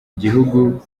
igihugu